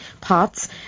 parts